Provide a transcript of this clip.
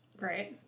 Right